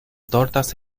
tortas